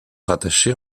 rattachés